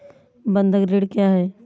बंधक ऋण क्या है?